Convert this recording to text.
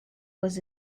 was